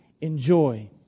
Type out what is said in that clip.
enjoy